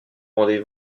rendez